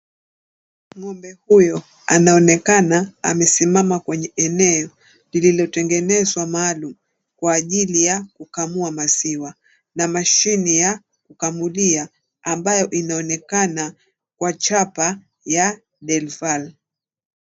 Ng'ombe huyo anaonekana amesimama kwenye eneo liliotengenezwa maalum kwa ajili ya kukamua maziwa na mashini ya kukamulia ambayo inaonekana kwa chapa ya Delaval.